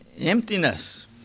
emptiness